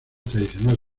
tradicional